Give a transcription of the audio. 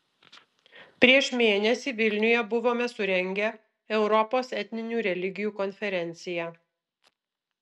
prieš mėnesį vilniuje buvome surengę europos etninių religijų konferenciją